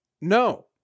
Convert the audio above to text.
No